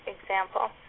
example